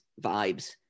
vibes